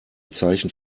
zeichen